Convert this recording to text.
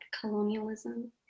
colonialism